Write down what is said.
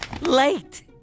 late